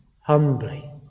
humbly